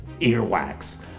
earwax